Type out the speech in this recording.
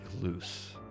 loose